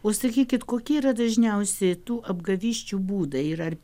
o sakykit kokie yra dažniausi tų apgavysčių būdai ir ar